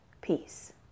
peace